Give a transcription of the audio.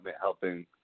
helping